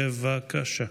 בבקשה.